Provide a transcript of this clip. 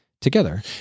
together